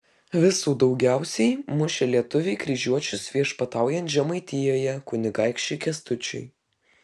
visų daugiausiai mušė lietuviai kryžiuočius viešpataujant žemaitijoje kunigaikščiui kęstučiui